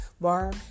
bar